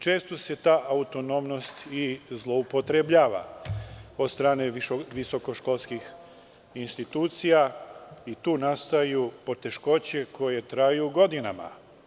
Često se ta autonomnost i zloupotrebljava od strane visokoškolskih institucija i tu nastaju poteškoće koje traju godinama.